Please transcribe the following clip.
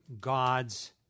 God's